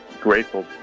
grateful